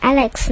Alex